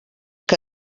que